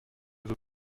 veux